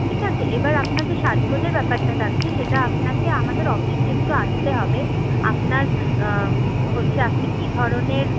ঠিক আছে এবার আপনার যে সাজগোজের ব্যাপারটা থাকছে সেটা আপনাকে আমাদের অফিসে একটু আসতে হবে আপনার হচ্ছে আপনি কী ধরণের